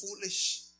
foolish